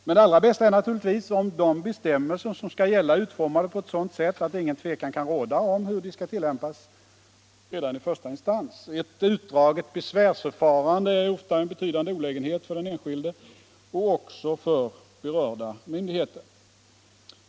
Men det allra bästa är naturligtvis om de bestämmelser som skall gälla är utformade på ett sådant sätt att ingen tvekan kan råda om hur de skall tillämpas redan i första instans. Ett utdraget besvärsförfarande är ofta en betydande olägenhet för den enskilde och också för berörda myndigheter.